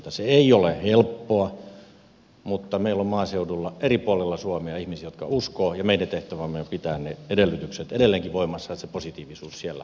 se ei ole helppoa mutta meillä on maaseudulla eri puolilla suomea ihmisiä jotka uskovat ja meidän tehtävämme on pitää ne edellytykset edelleenkin voimassa niin että se positiivisuus siellä elää